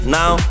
now